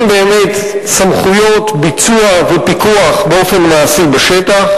באמת סמכויות ביצוע ופיקוח באופן מעשי בשטח.